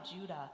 Judah